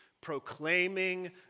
proclaiming